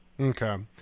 Okay